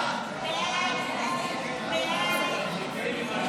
ההצעה להעביר את הצעת חוק מוקד חירום טלפוני,